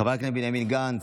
חברי הכנסת בנימין גנץ,